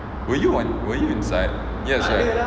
were you on were you inside